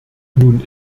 nun